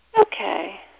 Okay